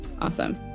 awesome